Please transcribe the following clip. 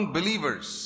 believers